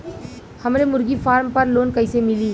हमरे मुर्गी फार्म पर लोन कइसे मिली?